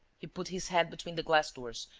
he put his head between the glass doors,